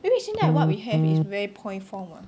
因为现在 what we have is very point form [what]